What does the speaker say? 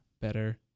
Better